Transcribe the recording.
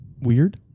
Weird